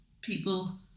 people